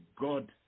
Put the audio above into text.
God